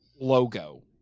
logo